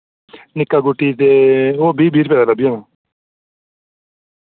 निक्का गुट्टी ते ओ बीह् बीह् रपे दा लब्भी जाना